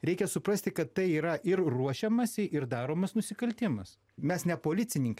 reikia suprasti kad tai yra ir ruošiamasi ir daromas nusikaltimas mes ne policininkai